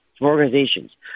organizations